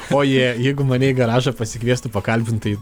ojė jeigu mane į garažą pasikviestų pakalbint tai